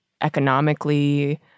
economically